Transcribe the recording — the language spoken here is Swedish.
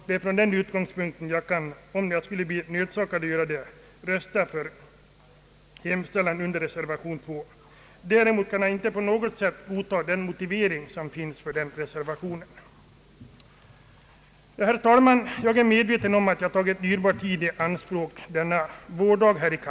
Det är från den utgångspunkten jag, om jag skulle bli nödsakad att göra det, kan rösta för hemställan under reservation 2. Däremot kan jag inte på något sätt godta motiveringen. Herr talman! Jag är medveten om att jag tagit dyrbar tid i anspråk denna vårdag.